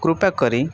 કૃપા કરી